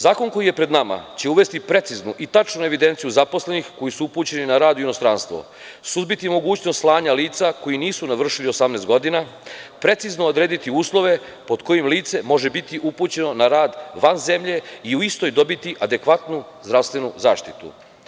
Zakon koji je pred nama će uvesti preciznu i tačnu evidenciju zaposlenih koji su upućeni na rad u inostranstvu, suzbiti mogućnost slanja lica koja nisu navršila 18 godina, precizno odrediti uslove pod kojim lice može biti upućeno na rad van zemlje i u istoj dobiti adekvatnu zdravstvenu zaštitu.